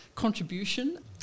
contribution